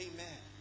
Amen